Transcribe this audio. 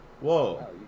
Whoa